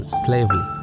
slavery